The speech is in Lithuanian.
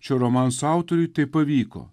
šio romanso autoriui tai pavyko